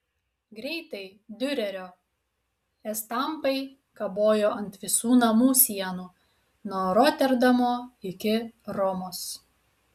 greitai diurerio estampai kabojo ant visų namų sienų nuo roterdamo iki romos